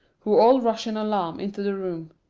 who all rush in alarm into the room.